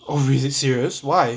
oh really serious why